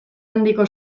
handiko